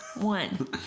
One